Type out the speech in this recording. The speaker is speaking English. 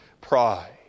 pride